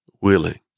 willing